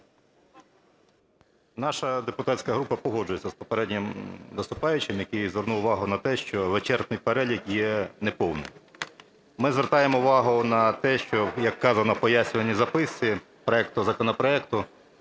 Наша депутатська група погоджується з попереднім виступаючим, який звернув увагу на те, що вичерпний перелік є неповним. Ми звертаємо увагу на те, що, як вказано в пояснювальній записці проекту, законопроекту,